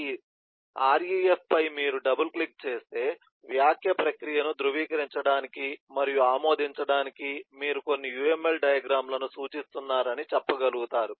ఈ ref పై మీరు డబుల్ క్లిక్ చేస్తే వ్యాఖ్య ప్రక్రియను ధృవీకరించడానికి మరియు ఆమోదించడానికి మీరు కొన్ని UML డయాగ్రమ్ లను సూచిస్తున్నారని చెప్పగలుగుతారు